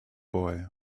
boy